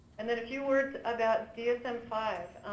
and then a few words about dsm five.